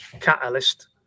catalyst